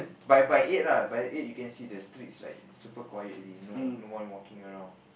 by by eight lah by eight you can see the streets like super quiet already no no one walking around